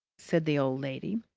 said the old lady,